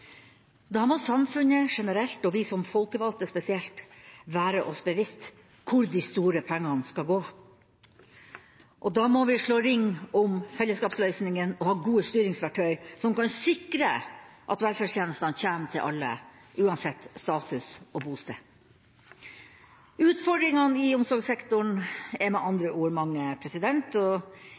Da må samfunnet generelt og vi som folkevalgte spesielt være oss bevisst hvor de store pengene skal gå, og da må vi slå ring om fellesskapsløsningene og ha gode styringsverktøy som kan sikre at velferdstjenestene kommer til alle, uansett status og bosted. Utfordringene i omsorgssektoren er med andre ord mange, og